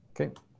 okay